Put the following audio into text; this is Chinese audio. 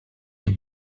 情况